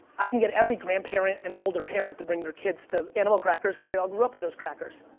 i can get every grandparent and older parent to bring their kids to animal crackers cuz they all grew up with those crackers.